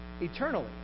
eternally